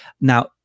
Now